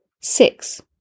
Six